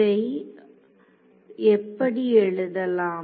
இதை எப்படி எழுதலாம்